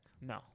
No